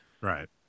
right